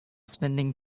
spending